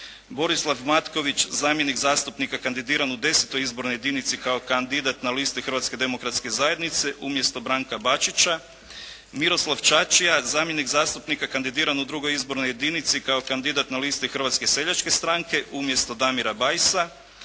Borislav Matković zamjenik zastupnika kandidiran u X. izbornoj jedinici kao kandidat na listi Hrvatske demokratske zajednice umjesto Branka Bačića, Miroslav Čačija zamjenik zastupnika kandidiran u II. izbornoj jedinici kao kandidat na listi Hrvatske seljačke stranke umjesto Damira Bajsa,